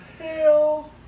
hell